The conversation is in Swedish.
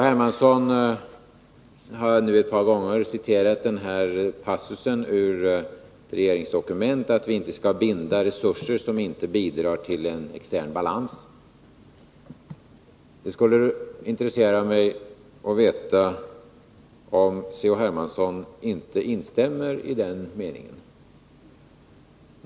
Hermansson har nu ett par gånger citerat den här passusen ur regeringens dokument, nämligen att vi inte skall binda resurser som inte bidrar till den externa balansen. Det skulle intressera mig att få veta om C.-H. Hermansson inte instämmer i den meningen.